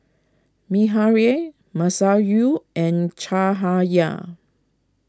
Masayu and Cahaya